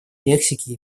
мексики